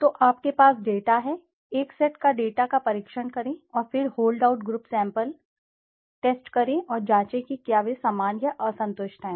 तो आपके पास डेटा है एक सेट पर डेटा का परीक्षण करें और फिर hold out group sample test करें और जांचें कि क्या वे समान या असंतुष्ट हैं